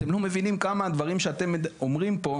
אתם לא מבינים כמה הדברים שאתם אומרים פה,